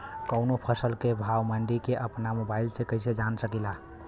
कवनो फसल के भाव मंडी के अपना मोबाइल से कइसे जान सकीला?